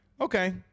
Okay